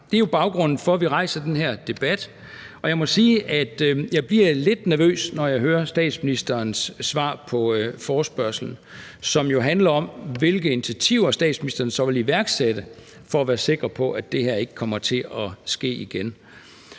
Det er jo baggrunden for, at vi rejser den her debat. Og jeg må sige, at jeg bliver lidt nervøs, når jeg hører statsministerens svar på forespørgslen, som jo handler om, hvilke initiativer statsministeren så vil iværksætte, for at vi kan være sikre på, at det her ikke kommer til at ske igen.